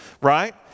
right